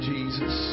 Jesus